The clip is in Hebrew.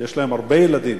ברוכות ילדים,